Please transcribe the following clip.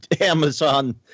Amazon